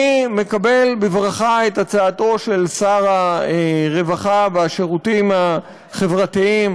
אני מקבל בברכה את הצעתו של שר הרווחה והשירותים החברתיים